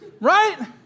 right